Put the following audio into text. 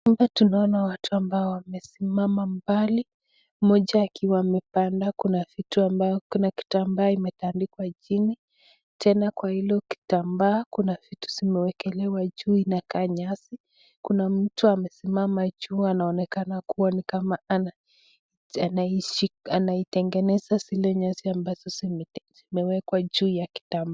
Hapa tunaona watu ambao wamesimama mbali, mmoja akiwa amepanda kuna vitu ambavyo kuna kitu ambao imetandikwa chini. Tena kwa hilo kitambaa kuna vitu zimewekelewa juu inakaa nyasi. Kuna mtu amesimama juu anaonekana kuwa ni kama anaitengeneza zile nyasi ambazo zimewekwa juu ya kitambaa.